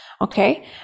Okay